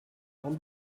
dans